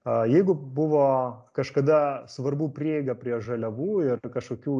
a jeigu buvo kažkada svarbu prieiga prie žaliavų ir kažkokių